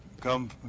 come